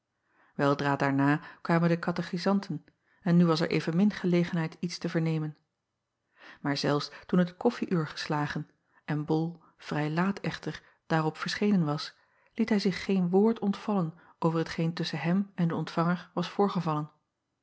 eldra daarna kwamen de katechizanten en nu was er evenmin gelegenheid iets te vernemen aar zelfs toen het koffie-uur geslagen en ol vrij laat echter daarop verschenen was liet hij zich geen woord ontvallen over hetgeen tusschen hem en den ontvanger was voorgevallen